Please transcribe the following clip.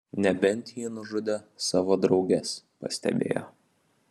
nebent ji nužudė savo drauges pastebėjo